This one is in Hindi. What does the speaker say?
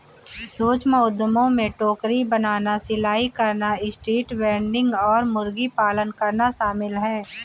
सूक्ष्म उद्यमों में टोकरी बनाना, सिलाई करना, स्ट्रीट वेंडिंग और मुर्गी पालन करना शामिल है